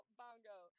bongo